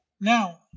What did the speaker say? now